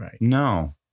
No